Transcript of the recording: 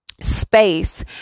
space